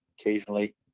occasionally